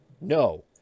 No